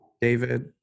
david